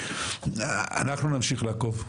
אנחנו נמשיך לעקוב,